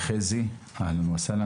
חזי שורצמן.